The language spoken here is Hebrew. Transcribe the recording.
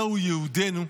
זהו ייעודנו,